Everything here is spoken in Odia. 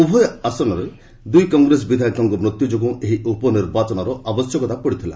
ଉଭୟ ଆସନରେ ଦୁଇ କଂଗ୍ରେସ ବିଧାୟକଙ୍କ ମୃତ୍ୟୁ ଯୋଗୁଁ ଏହି ଉପନିର୍ବାଚନର ଆବଶ୍ୟକତା ପଡ଼ିଥିଲା